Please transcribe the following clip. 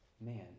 man